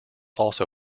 also